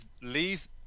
leave